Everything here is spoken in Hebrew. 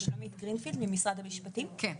נראה